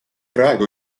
praegu